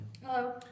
Hello